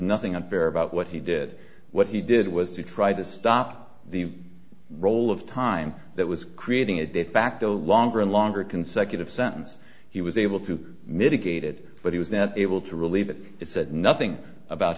nothing unfair about what he did what he did was to try to stop the roll of time that was creating a de facto longer and longer consecutive sentence he was able to mitigate it but he was that able to relieve it it said nothing about